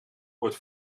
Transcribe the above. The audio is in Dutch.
wordt